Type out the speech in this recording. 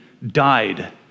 died